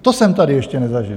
To jsem tady ještě nezažil.